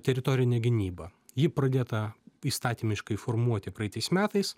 teritorinė gynyba ji pradėta įstatymiškai formuoti praeitais metais